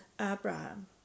Abraham